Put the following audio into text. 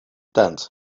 tent